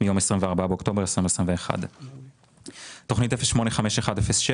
מיום 24 באוקטובר 2021. תוכנית 0851/07